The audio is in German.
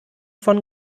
von